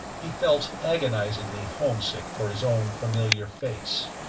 he felt agonizingly homesick for his own familiar face.